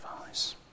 advice